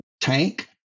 tank